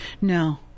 No